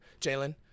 Jalen